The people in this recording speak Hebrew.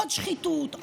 עוד שחיתות,